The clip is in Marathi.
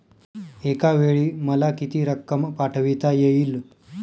एकावेळी मला किती रक्कम पाठविता येईल?